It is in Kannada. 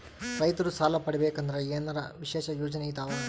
ರೈತರು ಸಾಲ ಪಡಿಬೇಕಂದರ ಏನರ ವಿಶೇಷ ಯೋಜನೆ ಇದಾವ?